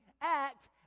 act